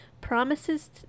promises